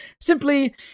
Simply